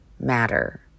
matter